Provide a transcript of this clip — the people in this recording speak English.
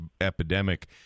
epidemic